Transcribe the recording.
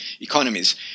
economies